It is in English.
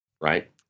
Right